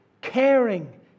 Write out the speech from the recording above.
caring